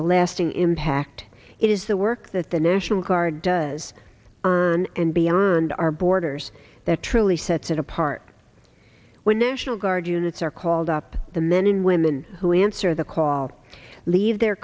a lasting impact it is the work that the national guard does and beyond our borders that truly sets it apart when national guard units are called up the men and women who answer the call leave their